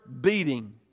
beating